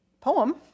poem